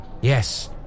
yes